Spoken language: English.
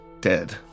Dead